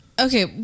okay